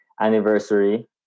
anniversary